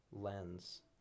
lens